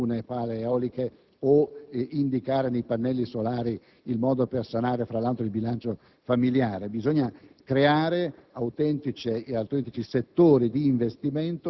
la fantasia, non è sufficiente impiantare alcune pale eoliche o individuare nei pannelli solari il modo per sanare, tra l'altro, i bilanci familiari.